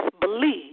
believe